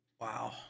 wow